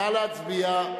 נא להצביע.